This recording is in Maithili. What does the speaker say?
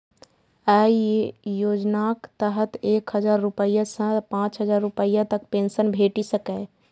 अय योजनाक तहत एक हजार रुपैया सं पांच हजार रुपैया तक पेंशन भेटि सकैए